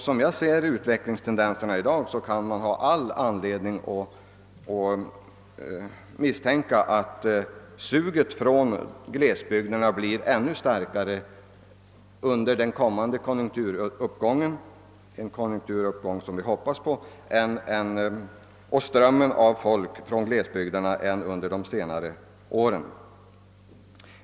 Som jag uppfattar utvecklingstendenserna i dag finns det all anledning misstänka att suget från glesbygderna blir ännu starkare under den kommande konjunkturuppgången och att strömmen av folk från glesbygderna blir ännu stridare än under de senaste åren.